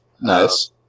Nice